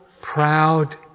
proud